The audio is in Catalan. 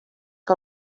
que